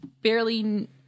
barely